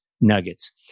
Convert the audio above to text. nuggets